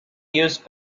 used